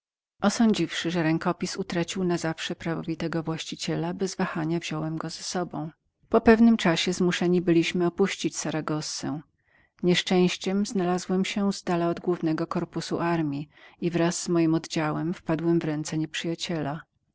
wojennej wyprawy osądziwszy że rękopis utracił na zawsze prawowitego właściciela bez wahania wziąłem go ze sobą po pewnym czasie zmuszeni byliśmy opuścić saragossę nieszczęściem znalazłem się z dala od głównego korpusu armii i wraz z moim oddziałem wpadłem w ręce nieprzyjaciela